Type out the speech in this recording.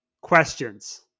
questions